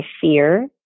fear